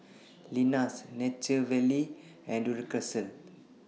Lenas Nature Valley and Duracell